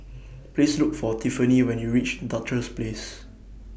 Please Look For Tiffani when YOU REACH Duchess Place